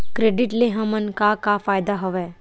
Credit ले हमन का का फ़ायदा हवय?